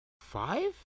Five